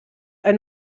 ein